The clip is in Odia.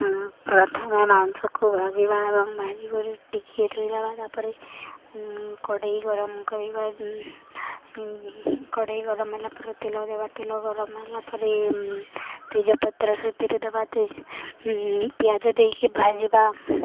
ପ୍ରଥମେ ମାଂସକୁ ଭାଜିବା ଏବଂ ଭାଜି କରି ଟିକିଏ ଧୋଇଦେବା ତାପରେ କଡ଼େଇ ଗରମ କରିବା କଡ଼େଇ ଗରମ ହେଲା ପରେ ତେଲ ଦେବା ତେଲ ଗରମ ହେଲା ପରେ ତେଜ ପତ୍ର ସେଥିରେ ଦେବାେ ତେଜ୍ ପିଆଜ ଦେଇକି ଭାଜିବା